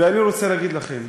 ואני רוצה להגיד לכם,